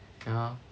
ya